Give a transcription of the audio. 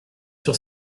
sur